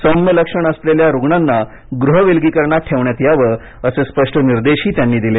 सौम्य लक्षणं असलेल्या रुग्णांना गृह विलगीकरणात ठेवण्यात यावं असे स्पष्ट निर्देशही त्यांनी दिले